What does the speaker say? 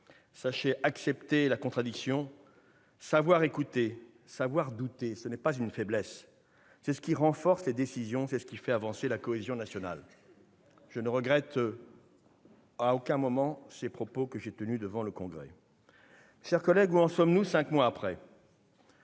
sachez accepter la contradiction. Savoir écouter, savoir douter, ce n'est pas une faiblesse ; c'est ce qui renforce les décisions, c'est ce qui fait avancer la cohésion nationale. » Je ne regrette aucunement ces propos que j'ai tenus devant le Congrès. Mes chers collègues, où en sommes-nous cinq mois après ?